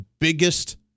biggest